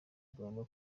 igomba